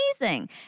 amazing